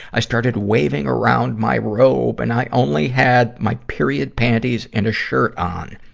i started waving around my robe, and i only had my period panties and a shirt on.